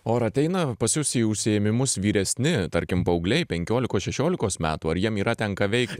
o ar ateina pas jus į užsiėmimus vyresni tarkim paaugliai penkiolikos šešiolikos metų ar jiem yra ten ką veikti